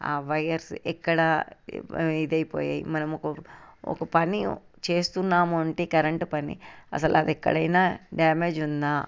ఆ వైర్స్ ఎక్కడ ఇదైపోయాయి మనము ఒక పని చేస్తున్నాము అంటే కరెంటు పని అసలు అది ఎక్కడైనా డ్యామేజ్ ఉన్నా